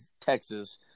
Texas